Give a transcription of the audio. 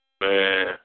Man